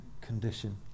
condition